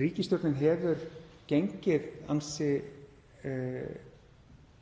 Ríkisstjórnin hefur gengið ansi